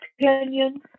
opinion